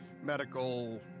Medical